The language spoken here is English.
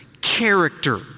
character